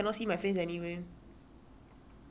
then 反正有 background 我猫都在里面